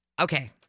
Okay